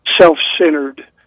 self-centered